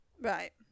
Right